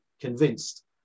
convinced